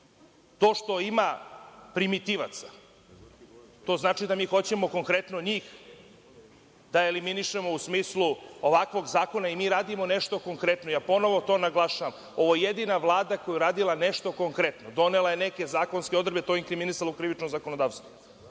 što ima primitivaca, to znači da mi hoćemo konkretno njih da eliminišemo u smislu ovakvog zakona i mi radimo nešto konkretno. Ponovo to naglašavam. Ovo je jedina Vlada koja je uradila nešto konkretno. Donela je neke zakonske odredbe, to je inkriminisala u krivično zakonodavstvo.